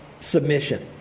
submission